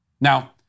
Now